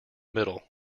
middle